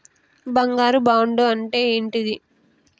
బంగారు బాండు అంటే ఏంటిది?